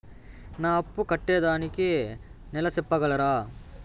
నా అప్పు కట్టేదానికి నెల సెప్పగలరా?